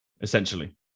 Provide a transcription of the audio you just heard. Essentially